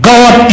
God